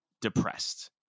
depressed